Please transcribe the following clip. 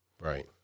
Right